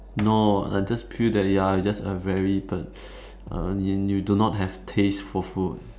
no I just feel that you're just a very the err you do not have taste for food